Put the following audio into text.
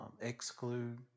exclude